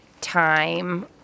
time